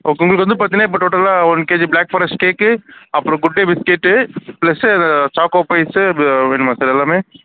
ஓ உங்களுக்கு வந்து பார்த்திங்கனா இப்போ டோட்டலாக one KG black forest cake அப்புறோம் குட்டே பிஸ்கேட்டு ப்ளஸ்ஸு அது சாக்கோ பைஸ்ஸு வேணுமா சார் எல்லாமே